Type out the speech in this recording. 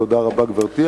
תודה רבה, גברתי.